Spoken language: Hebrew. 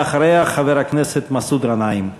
ואחריה, חבר הכנסת מסעוד גנאים.